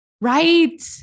Right